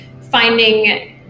finding